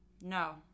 No